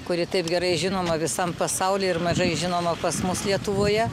kuri taip gerai žinoma visam pasauly ir mažai žinoma pas mus lietuvoje